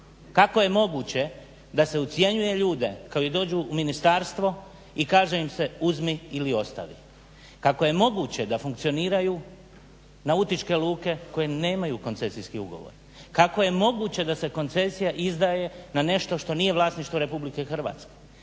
Kako je moguće da se ucjenjuje ljude koji dođu u ministarstvo i kaže im se uzmi ili ostavi? Kako je moguće da funkcioniraju nautičke luke koje nemaju koncesijski ugovor? Kako je moguće da se koncesija izdaje na nešto što nije vlasništvo Republike Hrvatske?